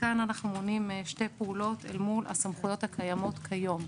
וכאן אנחנו מונים שתי פעולות אל מול הסמכויות הקיימות כיום.